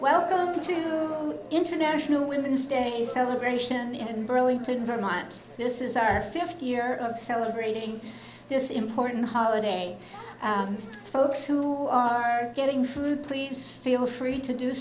welcome to international women's day celebration in burlington vermont this is our fifth year of celebrating this important holiday folks who are getting food please feel free to do